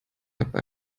habe